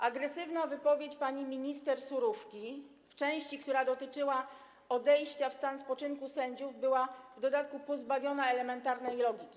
Agresywna wypowiedź pani minister Surówki w części, która dotyczyła odejścia w stan spoczynku sędziów, była w dodatku pozbawiona elementarnej logiki.